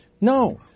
No